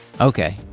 Okay